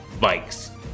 bikes